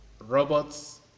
robots